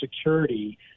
security